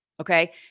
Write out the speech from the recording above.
Okay